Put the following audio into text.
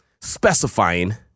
specifying